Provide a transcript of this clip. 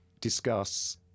discuss